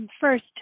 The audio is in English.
first